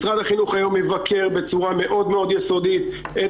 משרד החינוך מבקר מאוד בצורה יסודית את